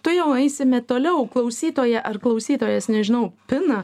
tuojau eisime toliau klausytoja ar klausytojas nežinau pina